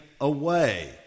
away